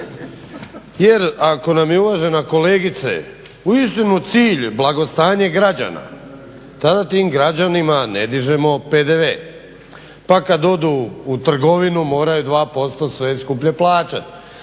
Jer ako nam je uvažena kolegice uistinu cilj blagostanje građana tada tim građanima ne dižemo PDV, pa kad odu u trgovinu moraju 2% sve skuplje plaćati,